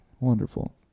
Wonderful